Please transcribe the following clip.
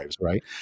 right